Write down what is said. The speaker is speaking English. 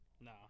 No